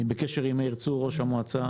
אני בקשר עם מאיר צור ראש המועצה.